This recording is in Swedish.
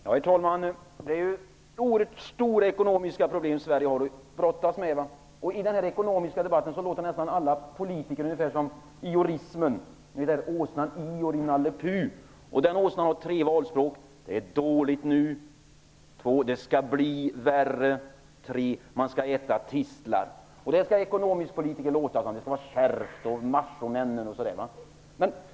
Herr talman! Det är oerhört stora ekonomiska problem som Sverige har att brottas med. I den här ekonomiska debatten låter alla politiker ungefär som "iorister", som åsnan Ior i Nalle Puh. Han har tre valspråk: 1. Det är dåligt nu. 2. Det kommer att bli värre. 3. Man skall äta tistlar. Ekonomiska politiker skall låta som machomän, som säger att det skall vara kärvt. Det är inte så.